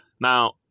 Now